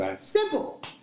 Simple